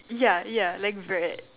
ya ya like bad